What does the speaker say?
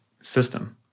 system